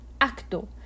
ACTO